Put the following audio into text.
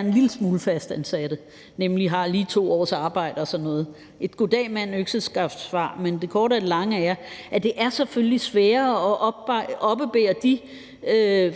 en lille smule fastansat, nemlig lige har 2 års arbejde eller sådan noget. Det var et goddag mand, økseskaft-svar, men det korte af det lange er, at det selvfølgelig er sværere at oppebære de